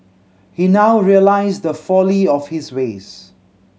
he now realized the folly of his ways